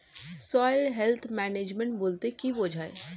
Soil health management বলতে কি বুঝায়?